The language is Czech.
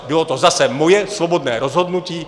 Bylo to zase moje svobodné rozhodnutí.